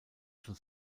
schon